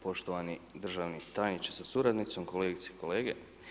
Poštovani državni tajniče sa suradnicom, kolegice i kolege.